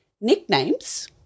Nicknames